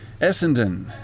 Essendon